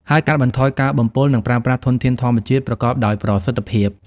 ហើយកាត់បន្ថយការបំពុល និងប្រើប្រាស់ធនធានធម្មជាតិប្រកបដោយប្រសិទ្ធភាព។